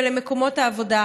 ולמקומות העבודה.